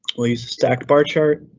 we'll use a stacked bar chart.